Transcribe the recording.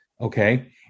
Okay